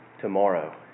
tomorrow